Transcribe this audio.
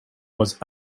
was